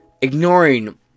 Ignoring